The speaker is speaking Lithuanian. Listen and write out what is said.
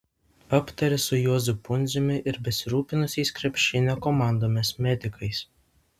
aptarė su juozu pundziumi ir besirūpinusiais krepšinio komandomis medikais